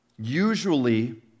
Usually